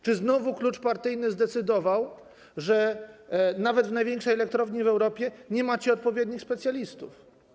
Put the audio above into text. Czy znowu klucz partyjny zdecydował, że nawet w największej elektrowni w Europie nie macie odpowiednich specjalistów?